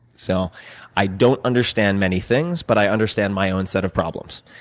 so i don't understand many things, but i understand my own set of problems.